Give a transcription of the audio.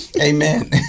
Amen